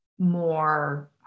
More